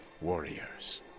warriors